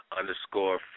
underscore